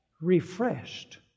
refreshed